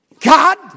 God